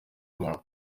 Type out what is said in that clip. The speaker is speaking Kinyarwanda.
rwanda